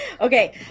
okay